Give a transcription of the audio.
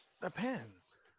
Depends